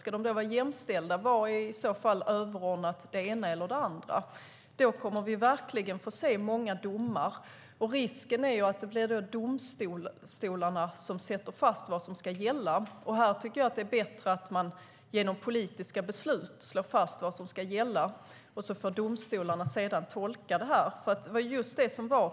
Ska de vara jämställda? Vad är i så fall överordnat det ena eller det andra? Då kommer vi verkligen att få se många domar. Risken är att det blir domstolarna som fastslår vad som ska gälla. Jag tycker att det är bättre att slå fast vad som ska gälla genom politiska beslut, och så får domstolarna sedan tolka det.